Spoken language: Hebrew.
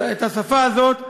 את השפה הזאת ה"חמאס"